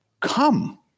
Come